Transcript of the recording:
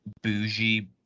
bougie